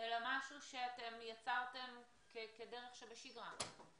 אלא משהו שאתם יצרתם כדרך שבשגרה?